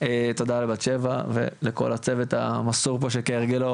תודה לבת שבע ולכל הצוות המסור פה שכהרגלו